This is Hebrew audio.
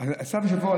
הסבא של פורר,